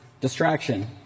Distraction